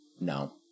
No